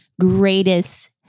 greatest